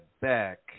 back